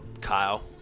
Kyle